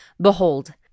Behold